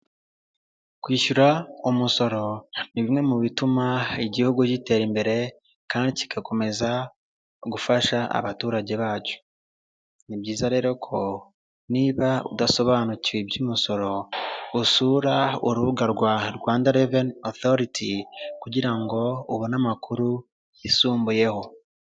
Kwishyura umusoro ni bimwe mu bituma igihugu gitera imbere kandi kigakomeza gufasha abaturage bacyo. Ni byiza rero ko niba udasobanukiwe iby'umusoro usura urubuga rwa Rwanda revenu osoriti kugira ngo ubone amakuru yisumbuyeho.